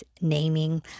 naming